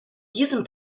diesem